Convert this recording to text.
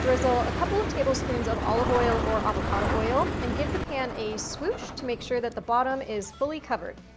drizzle a couple of tablespoons of olive oil or avocado oil, and give the pan a swoosh to make sure that the bottom is fully covered.